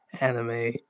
anime